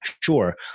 sure